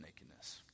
nakedness